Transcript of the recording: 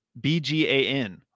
BGAN